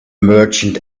merchant